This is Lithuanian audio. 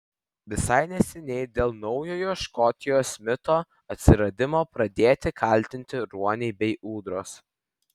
visai neseniai dėl naujojo škotijos mito atsiradimo pradėti kaltinti ruoniai bei ūdros